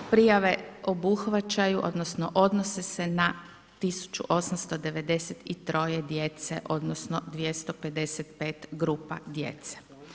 Prijave obuhvaćaju odnosno odnose se na 1893 djece odnosno 255 grupa djece.